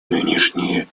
нынешние